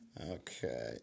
Okay